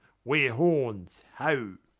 ware horns, ho!